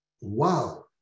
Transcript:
Wow